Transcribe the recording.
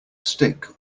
stick